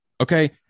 Okay